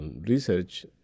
research